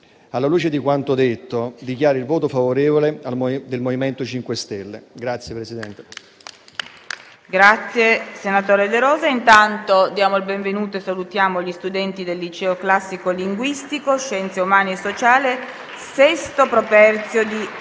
Alla luce di quanto detto, dichiaro il voto favorevole del MoVimento 5 Stelle.